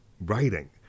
writing